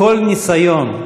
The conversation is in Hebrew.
וכל ניסיון,